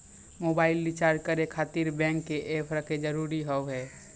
Mobile recharge करे खातिर bank के ऐप रखे जरूरी हाव है?